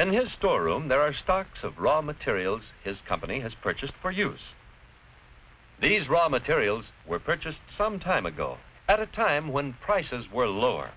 and his store own there are stocks of raw materials his company has purchased for us these raw materials were purchased some time ago at a time when prices were lower